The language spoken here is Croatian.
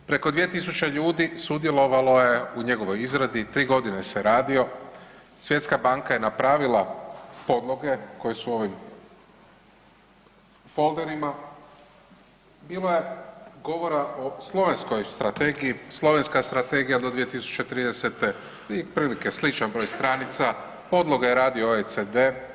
Preko 2000 ljudi sudjelovalo je u njegovoj izradi, tri godine se radio, Svjetska banka je napravila podloge koje su u ovim folderima, bilo je govora o slovenskoj strategiji, slovenska strategija do 2030., ima otprilike sličan broj stranica, podloge je radio OECD.